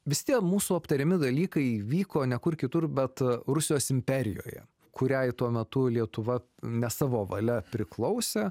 visi tie mūsų aptariami dalykai vyko ne kur kitur bet rusijos imperijoje kuriai tuo metu lietuva ne savo valia priklausė